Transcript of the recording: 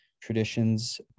traditions